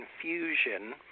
confusion